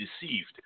deceived